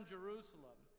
Jerusalem